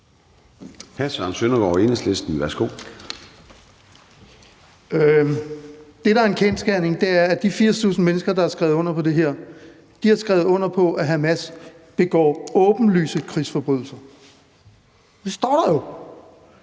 Det, der er en kendsgerning, er, at de 80.000 mennesker, der har skrevet under på det her, har skrevet under på, at Hamas begår åbenlyse krigsforbrydelser. Det står der jo.